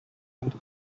and